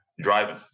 Driving